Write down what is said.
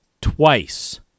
twice